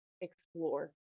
explore